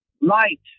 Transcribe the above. light